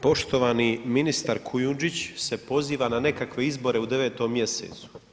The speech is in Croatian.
Poštovani ministar Kujundžić se poziva na nekakve izbore u 9.mj.